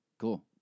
cool